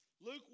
Luke